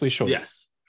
yes